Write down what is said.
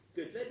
Good